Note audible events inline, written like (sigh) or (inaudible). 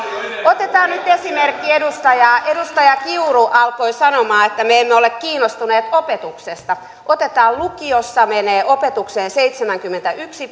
otetaan nyt esimerkki edustaja edustaja kiuru alkoi sanomaan että me emme ole kiinnostuneet opetuksesta lukiossa menee opetukseen seitsemänkymmentäyksi (unintelligible)